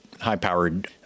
high-powered